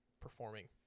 performing